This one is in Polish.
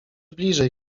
bliżej